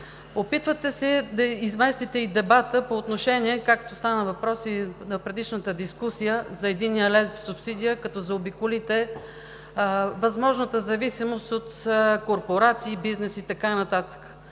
Опитвате се да изместите и дебата по отношение, както стана въпрос и на предишната дискусия, за единия лев субсидия, като заобиколите възможната зависимост от корпорации, бизнес и така